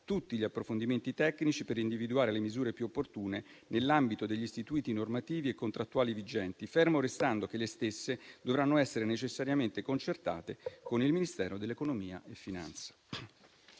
tutti gli approfondimenti tecnici per individuare le misure più opportune nell'ambito degli istituti normativi e contrattuali vigenti, fermo restando che le stesse dovranno essere necessariamente concertate con il Ministero dell'economia e delle